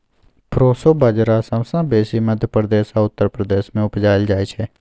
proso बजरा सबसँ बेसी मध्य प्रदेश आ उत्तर प्रदेश मे उपजाएल जाइ छै